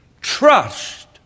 trust